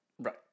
Right